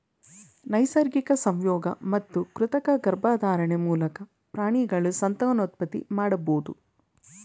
ನೈಸರ್ಗಿಕ ಸಂಯೋಗ ಮತ್ತು ಕೃತಕ ಗರ್ಭಧಾರಣೆ ಮೂಲಕ ಪ್ರಾಣಿಗಳು ಸಂತಾನೋತ್ಪತ್ತಿ ಮಾಡಬೋದು